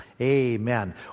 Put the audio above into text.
amen